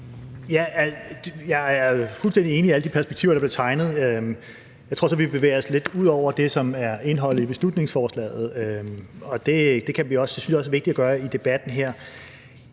Jeg er fuldstændig enig i alle de perspektiver, der blev tegnet. Jeg tror så, at vi bevæger os lidt ud over det, som er indholdet i beslutningsforslaget, og det synes jeg også er vigtigt at gøre her i debatten.